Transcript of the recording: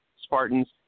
Spartans